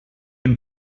hem